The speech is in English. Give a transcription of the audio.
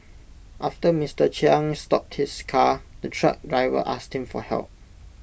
after Mister Chiang stopped his car the truck driver asked him for help